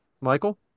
Michael